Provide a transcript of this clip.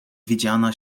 widziana